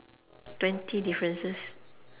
twenty differences